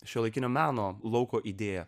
šiuolaikinio meno lauko idėją